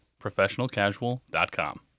ProfessionalCasual.com